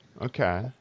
Okay